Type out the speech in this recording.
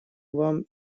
вам